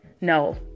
no